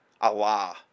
Allah